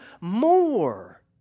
more